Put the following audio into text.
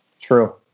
True